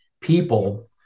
people